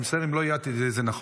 אני מצטער אם לא אייתִּי את זה נכון.